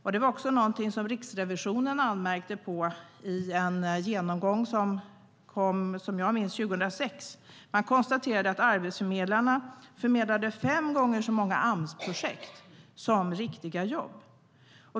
Detta var också någonting som Riksrevisionen anmärkte på i en genomgång som jag tror kom 2006. Man konstaterade att arbetsförmedlarna förmedlade fem gånger så många Amsprojekt som riktiga jobb.